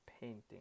painting